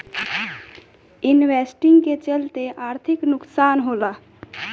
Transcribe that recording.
investing के चलते आर्थिक नुकसान होला